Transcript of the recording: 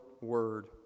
word